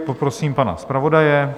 Poprosím pana zpravodaje.